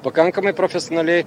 pakankamai profesionaliai